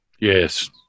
Yes